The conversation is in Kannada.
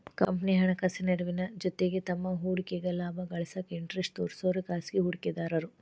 ಕಂಪನಿಗಿ ಹಣಕಾಸಿನ ನೆರವಿನ ಜೊತಿಗಿ ತಮ್ಮ್ ಹೂಡಿಕೆಗ ಲಾಭ ಗಳಿಸಾಕ ಇಂಟರೆಸ್ಟ್ ತೋರ್ಸೋರೆ ಖಾಸಗಿ ಹೂಡಿಕೆದಾರು